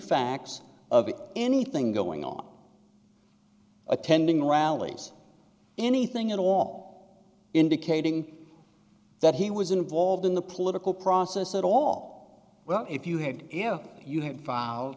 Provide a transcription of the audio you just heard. facts of anything going on attending rallies anything at all indicating that he was involved in the political process at all well if you had if you had file